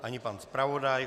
Ani pan zpravodaj.